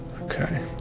Okay